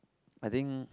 I think